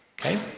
Okay